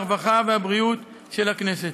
הרווחה והבריאות של הכנסת.